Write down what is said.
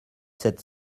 sept